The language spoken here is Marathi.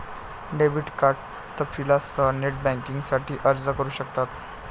डेबिट कार्ड तपशीलांसह नेट बँकिंगसाठी अर्ज करू शकतात